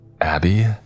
Abby